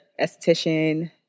esthetician